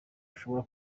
ashobora